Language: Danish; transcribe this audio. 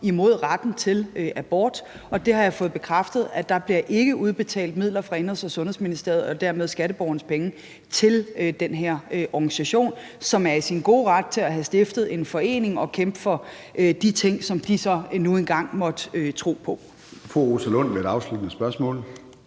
imod retten til abort. Jeg har fået bekræftet, at der ikke bliver udbetalt midler fra Indenrigs- og Sundhedsministeriets side og dermed skatteborgerpenge til den her organisation, som er i sin gode ret til at have stiftet en forening og kæmpe for de ting, som de så nu engang måtte tro på.